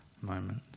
moment